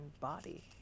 body